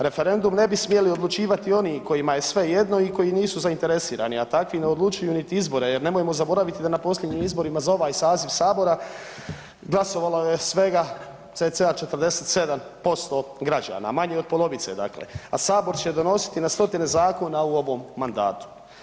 Referendum ne bi smjeli odlučivati oni kojima je svejedno i koji nisu zainteresirani, a takvi ne odlučuju niti izbore jer nemojmo zaboraviti da na posljednjim izborima za ovaj saziv sabora glasovalo je svega cca 47% građana, manje od polovice dakle, a sabor će donositi na stotine zakona u ovom mandatu.